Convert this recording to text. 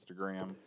Instagram